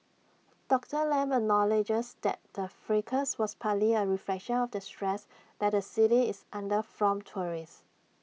Doctor Lam acknowledges that the fracas was partly A reflection of the stress that the city is under from tourists